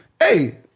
hey